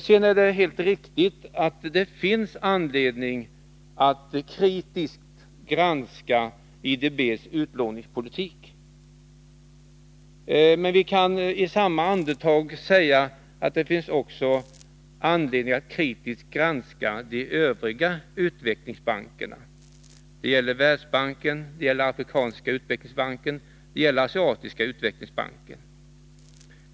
Det är vidare helt riktigt att det finns anledning att kritiskt granska IDB:s utlåningspolitik. Vi kan dock också i samma andetag säga att det finns anledning att kritiskt granska de övriga utvecklingsbankerna. Det gäller Världsbanken, Afrikanska utvecklingsbanken och Asiatiska utvecklingsbanken.